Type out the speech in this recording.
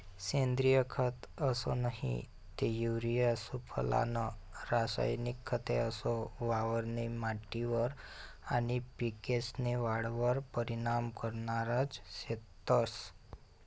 सेंद्रिय खत असो नही ते युरिया सुफला नं रासायनिक खते असो वावरनी माटीवर आनी पिकेस्नी वाढवर परीनाम करनारज शेतंस